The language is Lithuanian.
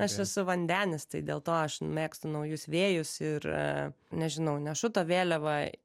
aš esu vandenis tai dėl to aš mėgstu naujus vėjus ir nežinau nešu tą vėliavą